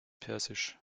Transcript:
persisch